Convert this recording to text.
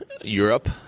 Europe